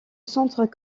centre